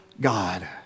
God